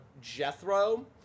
Jethro